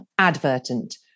advertent